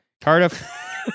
Cardiff